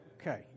Okay